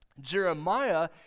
Jeremiah